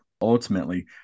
ultimately